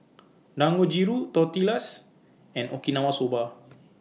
Dangojiru Tortillas and Okinawa Soba